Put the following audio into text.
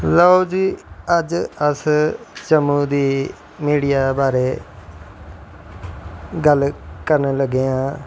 लैओ जी अज्ज अस जम्मू दी मिडिया डशआअघओ़ बारे गल्ल करन लगे आं